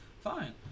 Fine